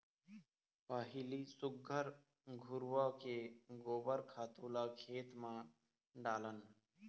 पहिली सुग्घर घुरूवा के गोबर खातू ल खेत म डालन